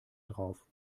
drauf